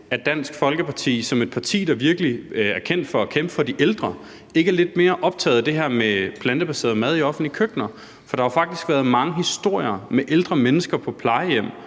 at Dansk Folkeparti som et parti, der virkelig er kendt for at kæmpe for de ældre, ikke er lidt mere optaget af det her med plantebaseret mad i offentlige køkkener, for der har jo faktisk været mange historier med ældre mennesker på plejehjem,